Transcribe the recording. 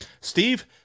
Steve